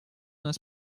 нас